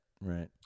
right